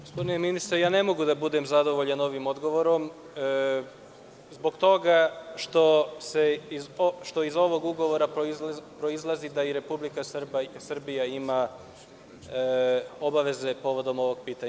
Gospodine ministre, ja ne mogu da budem zadovoljan ovim odgovorom zbog toga što iz ovog ugovora proizlazi da Republika Srbija ima obaveze povodom ovog pitanja.